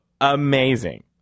Amazing